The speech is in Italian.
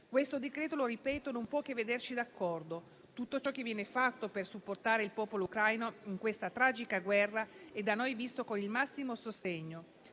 Questo decreto non può che vederci d'accordo. Tutto ciò che viene fatto per supportare il popolo ucraino in questa tragica guerra è da noi visto con il massimo sostegno.